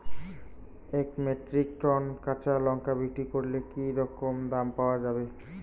এক metric ton কাঁচা লঙ্কা বিক্রি করলে কি রকম দাম পাওয়া যাবে?